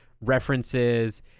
references